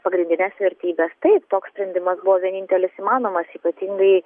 pagrindinės vertybes taip toks sprendimas buvo vienintelis įmanomas ypatingai